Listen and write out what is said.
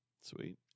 Sweet